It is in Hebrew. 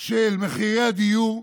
של מחירי הדיור,